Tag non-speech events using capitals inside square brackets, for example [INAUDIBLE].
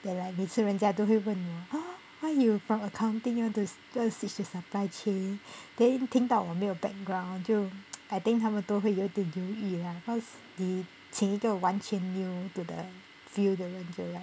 then like 每次人家都会问 oh why you from accounting you want to to switch to supply chain then 一听到我没有 background 就 [NOISE] I think 他们都会点犹豫 lah cause they 请一个完全 new to the field 的人 to like